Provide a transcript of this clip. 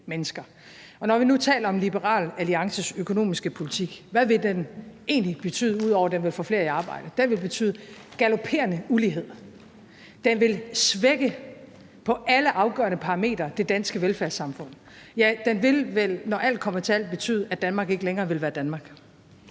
Når vi nu taler om Liberal Alliances økonomiske politik, hvad vil den så egentlig betyde, ud over at den vil få flere i arbejde? Den vil betyde galoperende ulighed. Den vil på alle afgørende parametre svække det danske velfærdssamfund. Ja, den vil vel, når alt kommer til alt, betyde, at Danmark ikke længere vil være Danmark.